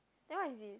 then what is this